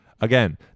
Again